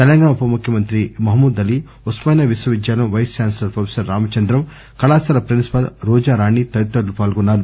తెలంగాణ ఉప ముఖ్యమంత్రి మహమూద్ అలీ ఉస్కానియా విశ్వవిద్యాలయం వైస్ ఛాన్సలర్ స్రోఫెసర్ రామచంద్రం కళాశాల ప్రిన్సిపల్ రోజారాణి తదితరులు పాల్గొన్నారు